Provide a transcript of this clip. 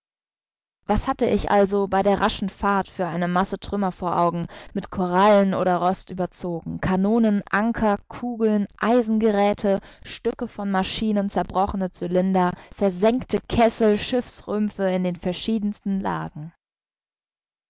was hatte ich also bei der raschen fahrt für eine masse trümmer vor augen mit korallen oder rost überzogen kanonen anker kugeln eisengeräthe stücke von maschinen zerbrochene cylinder versenkte kessel schiffsrümpfe in den verschiedensten lagen